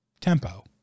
tempo